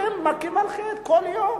אתם מכים על חטא, כל יום.